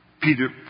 Peter